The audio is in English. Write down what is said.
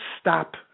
stop